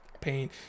pain